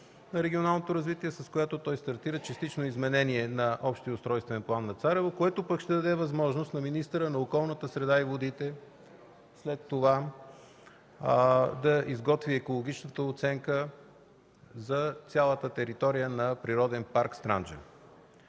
на регионалното развитие, с която тя стартира частично изменение на Общия устройствен план на Царево, което пък ще даде възможност на министъра на околната среда и водите след това да изготви екологичната оценка за цялата територия на Природен парк „Странджа”.